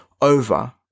over